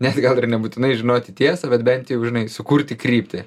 nes gal ir nebūtinai žinoti tiesą bet bent jeigu žinai sukurti kryptį